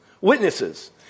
Witnesses